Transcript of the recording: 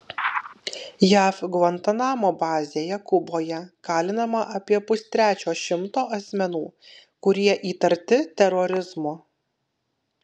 jav gvantanamo bazėje kuboje kalinama apie pustrečio šimto asmenų kurie įtarti terorizmu